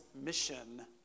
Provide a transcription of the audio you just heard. mission